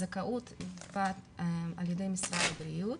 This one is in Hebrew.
הזכאות נקבעת ע"י משרד הבריאות.